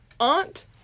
aunt